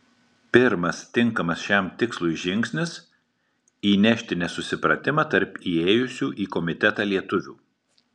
pirmas tinkamas šiam tikslui žingsnis įnešti nesusipratimą tarp įėjusių į komitetą lietuvių